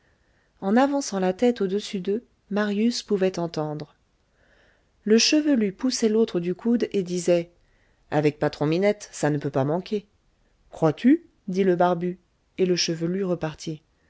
en avançant la tête au-dessus d'eux marius pouvait entendre le chevelu poussait l'autre du coude et disait avec patron-minette ça ne peut pas manquer crois-tu dit le barbu et le chevelu repartit